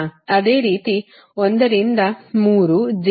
ಅದೇ ರೀತಿ 1 ರಿಂದ 3 j 0